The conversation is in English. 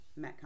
Metcon